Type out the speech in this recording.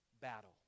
battle